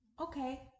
okay